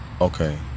okay